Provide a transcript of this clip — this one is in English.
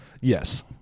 Yes